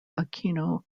aquino